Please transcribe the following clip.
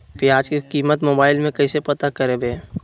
प्याज की कीमत मोबाइल में कैसे पता करबै?